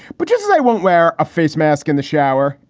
but just as i won't wear a face mask in the shower.